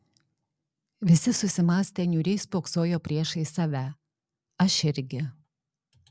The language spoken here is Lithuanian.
visi susimąstę niūriai spoksojo priešais save aš irgi